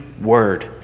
word